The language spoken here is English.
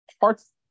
parts